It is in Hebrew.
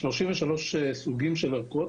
יש 33 סוגים מאושרים של בדיקות.